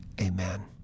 Amen